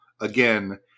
again